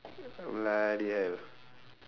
bloody hell